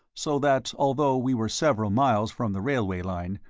so that although we were several miles from the railway line,